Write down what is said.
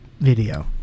video